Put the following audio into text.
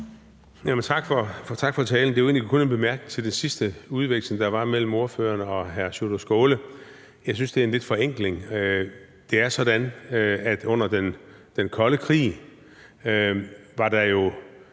Tak for talen. Det er egentlig kun en bemærkning til den sidste udveksling, der var mellem ordføreren og hr. Sjúrður Skaale. Jeg synes lidt, det er en forenkling. Det er sådan, at under den kolde krig, var der jo